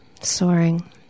soaring